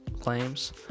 claims